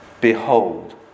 behold